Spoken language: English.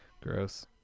Gross